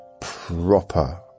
proper